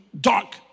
dark